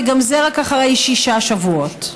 וגם זה רק אחרי שישה שבועות.